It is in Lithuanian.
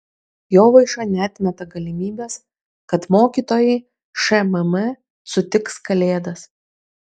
jovaiša neatmeta galimybės kad mokytojai šmm sutiks kalėdas